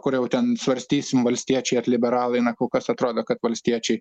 kur jau ten svarstysim valstiečiai ar liberalai na kol kas atrodo kad valstiečiai